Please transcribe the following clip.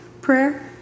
prayer